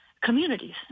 communities